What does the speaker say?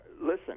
listen